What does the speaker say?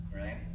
Right